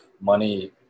money